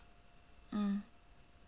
mm